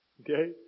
Okay